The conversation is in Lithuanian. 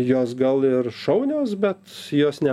jos gal ir šaunios bet jos ne